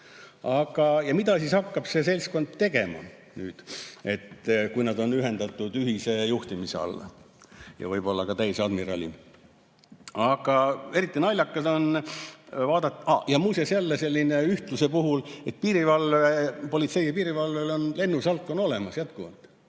näha. Mida siis hakkab see seltskond tegema nüüd, et kui nad on ühendatud ühise juhtimise alla ja võib‑olla ka teise admirali? Eriti naljakas on vaadata ... Aa, muuseas jälle selline, ühtluse puhul, et politseil ja piirivalvel on lennusalk olemas jätkuvalt.